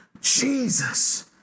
Jesus